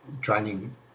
training